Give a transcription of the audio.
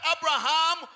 Abraham